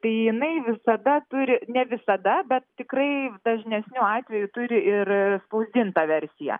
tai jinai visada turi ne visada bet tikrai dažnesniu atveju turi ir spausdintą versiją